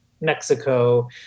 Mexico